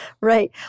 Right